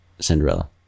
Cinderella